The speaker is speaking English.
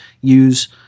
use